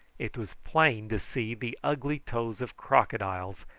it was plain to see the ugly toes of crocodiles,